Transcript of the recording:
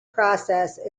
process